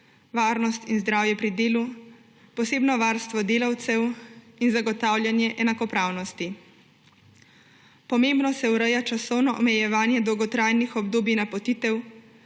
varnost in zdravje pri delu, posebno varstvo delavcev in zagotavljanje enakopravnosti. Pomembno se ureja časovno omejevanje dolgotrajnih obdobij napotitev,